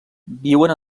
viuen